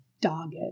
dogged